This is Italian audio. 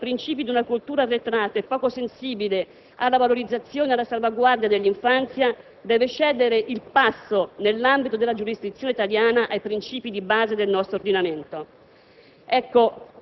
Tale riferimento a principi di una cultura arretrata e poco sensibile alla valorizzazione e alla salvaguardia dell'infanzia deve cedere il passo, nell'ambito della giurisdizione italiana, ai principi di base del nostro ordinamento";